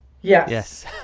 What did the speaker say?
Yes